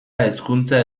hezkuntza